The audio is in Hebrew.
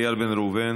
איל בן ראובן,